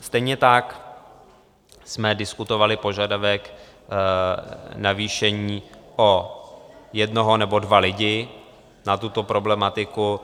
Stejně tak jsme diskutovali požadavek navýšení o jednoho nebo dva lidi na tuto problematiku.